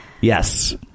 Yes